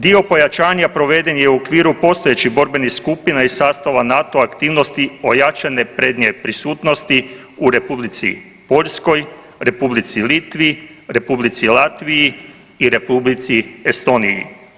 Dio pojačanja proveden je u okviru postojećih borbenih skupina iz sastava NATO aktivnosti ojačane prednje prisutnosti u Republici Poljskoj, Republici Litvi, Republici Latviji i Republici Estoniji.